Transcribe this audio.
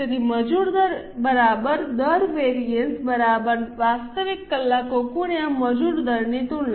તેથી મજૂર દર દર વેરિએન્સ વાસ્તવિક કલાકો મજૂર દરની તુલના